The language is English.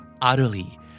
utterly